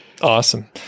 Awesome